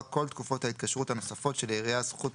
כל תקופות ההתקשרות הנוספות שלעירייה זכות